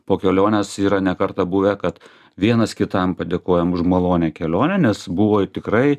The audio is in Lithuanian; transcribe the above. po kelionės yra ne kartą buvę kad vienas kitam padėkojam už malonią kelionę nes buvo tikrai